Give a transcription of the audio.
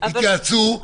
התייעצו,